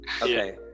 Okay